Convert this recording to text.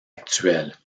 actuelle